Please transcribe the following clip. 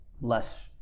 less